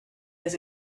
his